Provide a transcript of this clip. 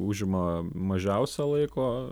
užima mažiausią laiko